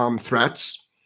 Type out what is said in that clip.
threats